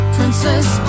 Princess